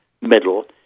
middle